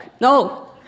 No